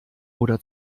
oder